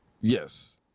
Yes